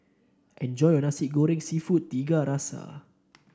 enjoy your nasi gooding seafood Tiga Rasa